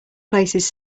places